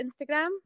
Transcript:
Instagram